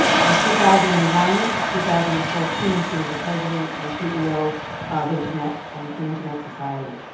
from two thousand and one to two thousand and fourteen, she was the president and ceo of internet um the internet society.